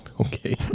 Okay